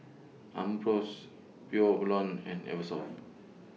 Ambros Pure Blonde and Eversoft